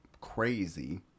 crazy